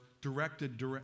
directed